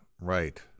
right